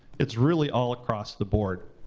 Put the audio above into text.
it's really all across the board.